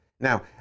Now